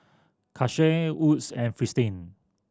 Karcher Wood's and Fristine